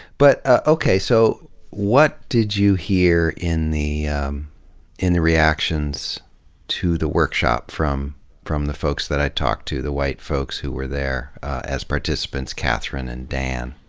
but ah okay, so what did you hear in the um in the reactions to the workshop from from the folks that i talked to, the white folks who were there as participants, kathryne and dan?